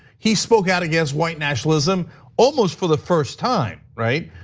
he spoke out against white nationalism almost for the first time, right?